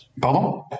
Pardon